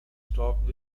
stopped